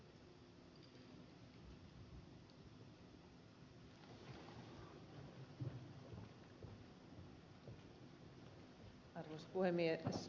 arvoisa puhemies